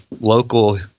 local